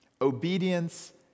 Obedience